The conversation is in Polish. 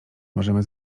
możemy